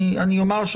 אני אומר,